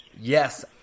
Yes